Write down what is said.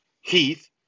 Heath